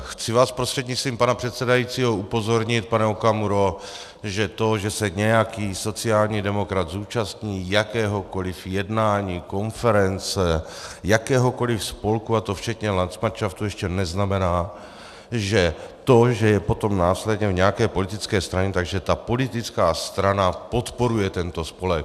Chci vás prostřednictvím pana předsedajícího upozornit, pane Okamuro, že to, že se nějaký sociální demokrat zúčastní jakéhokoli jednání, konference, jakéhokoli spolku, a to včetně landsmanšaftu, ještě neznamená, že to, že je potom následně v nějaké politické straně, že ta politická strana podporuje tento spolek.